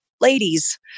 ladies